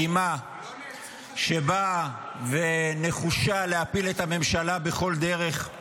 אלימה, שבאה ונחושה להפיל את הממשלה בכל דרך.